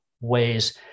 ways